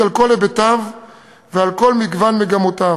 על כל היבטיו ועל כל מגוון מגמותיו,